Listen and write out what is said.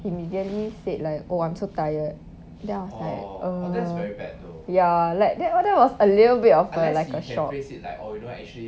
immediately said like oh I'm so tired then I was like err ya like that all that was a little bit of like a shock